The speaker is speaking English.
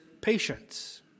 patience